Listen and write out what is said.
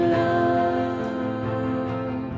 love